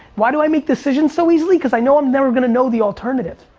why do i make decisions so easily? because i know i'm never gonna know the alternative.